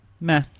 meh